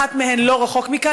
אחת מהן לא רחוק מכאן,